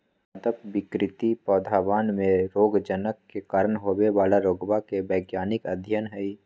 पादप विकृति पौधवन में रोगजनक के कारण होवे वाला रोगवा के वैज्ञानिक अध्ययन हई